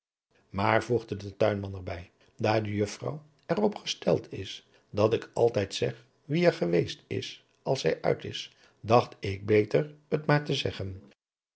maar voegde de tuinman er bij daar de juffrouw er op gesteld is dat ik altijd zeg wie er geweest is als zij uit is dacht ik beter het adriaan loosjes pzn het leven van hillegonda buisman maar te zeggen